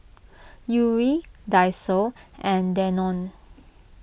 Yuri Daiso and Danone